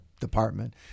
department